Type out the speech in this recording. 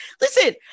listen